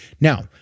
Now